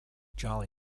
jolly